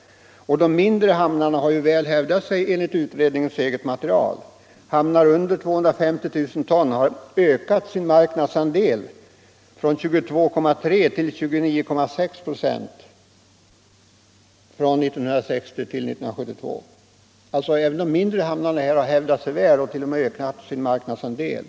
De mindre ham narna har hävdat sig väl, enligt utredningens eget material. Hamnar under 1960-1972. Även de mindre hamnarna har alltså hävdat sig väl och 171 t.o.m. ökat sin marknadsandel.